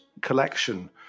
collection